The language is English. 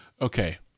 Okay